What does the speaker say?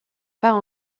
part